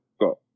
got